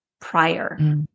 prior